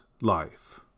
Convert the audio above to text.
life